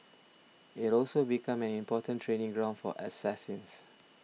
it also become an important training ground for assassins